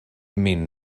min